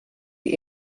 die